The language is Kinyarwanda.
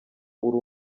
uri